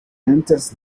enters